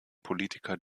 politiker